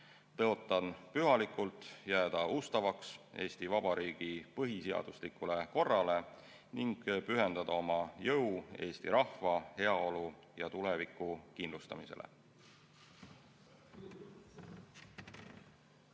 Tõotan pühalikult jääda ustavaks Eesti Vabariigi põhiseaduslikule korrale ning pühendada oma jõu eesti rahva heaolu ja tuleviku kindlustamisele.